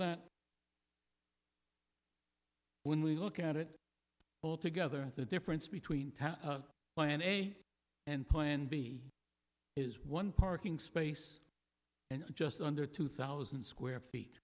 that when we look at it all together the difference between town by n o a a and plan b is one parking space and just under two thousand square feet